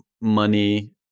money